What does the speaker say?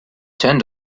tend